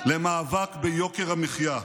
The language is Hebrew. למאבק ביוקר המחיה.